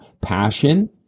passion